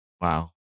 Wow